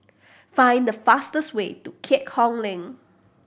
find the fastest way to Keat Hong Link